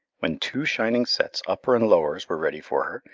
when two shining sets, uppers and lowers, were ready for her,